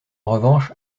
revanche